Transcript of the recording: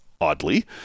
oddly